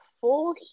full